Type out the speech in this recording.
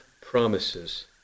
promises